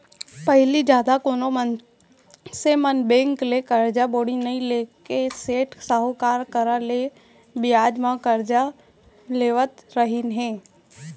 पहिली जादा कोनो मनसे मन बेंक ले करजा बोड़ी नइ लेके सेठ साहूकार करा ले बियाज म करजा लेवत रहिन हें